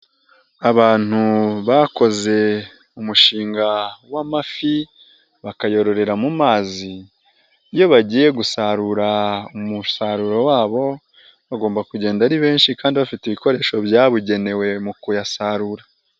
Abantu bakoze umushinga w'amafi, bakayororera mu mazi, iyo bagiye gusarura umusaruro wabo bagomba kugenda ari benshi kandi bafite ibikoresho byabugenewe mu kuyasarura.